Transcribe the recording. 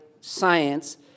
science